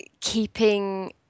keeping